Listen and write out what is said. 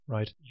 Right